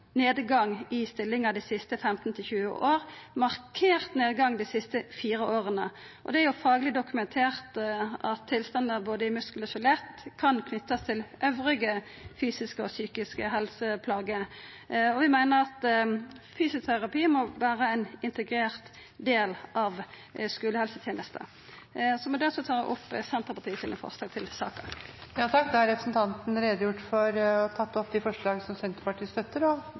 nedgang i stillingar dei siste 15–20 åra – og ein markert nedgang dei siste fire åra. Det er fagleg dokumentert at tilstandar både i muskel og skjelett kan knytast til andre fysiske og psykiske helseplagar, og vi meiner at fysioterapi må vera ein integrert del av skulehelsetenesta. Med det tar eg opp forslaga nr. 11 og 12, frå Senterpartiet og SV, og forslag nr. 13, frå Senterpartiet. Representanten Kjersti Toppe har da tatt opp